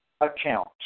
account